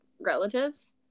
relatives